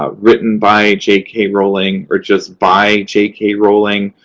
ah written by j k. rowling, or just by j k. rowling,